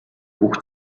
бүх